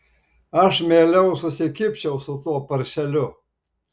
aš mieliau susikibčiau su tuo paršeliu